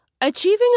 Achieving